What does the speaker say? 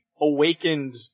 awakened